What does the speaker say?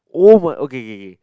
oh my okay okay okay